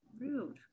Rude